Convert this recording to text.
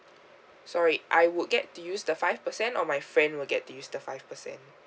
sorry I would get to use the five percent or my friend will get to use the five percent